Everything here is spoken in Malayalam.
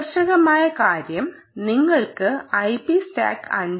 ആകർഷകമായ കാര്യം നിങ്ങൾക്ക് ഐപി സ്റ്റാക്ക് 5